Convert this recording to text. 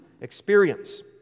experience